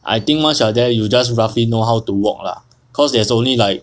I think once you are there you just roughly know how to walk lah cause there is only like